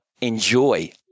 Enjoy